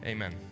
Amen